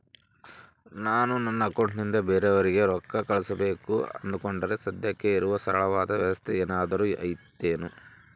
ನಾನು ನನ್ನ ಅಕೌಂಟನಿಂದ ಬೇರೆಯವರಿಗೆ ರೊಕ್ಕ ಕಳುಸಬೇಕು ಅಂದುಕೊಂಡರೆ ಸದ್ಯಕ್ಕೆ ಇರುವ ಸರಳವಾದ ವ್ಯವಸ್ಥೆ ಏನಾದರೂ ಐತೇನು?